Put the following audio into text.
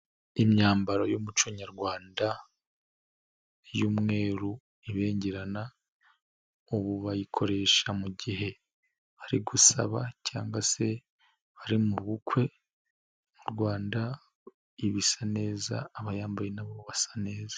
Imyambaro y'umuco nyarwanda y'umweru ibengerana, ubu bayikoresha mu gihe bari gusaba cyangwa se bari mu bukwe, mu Rwanda ibisa neza abayambaye nabo basa neza.